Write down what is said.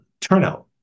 turnout